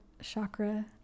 chakra